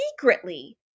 secretly